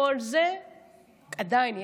כל זה עדיין יהיה,